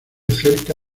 cerca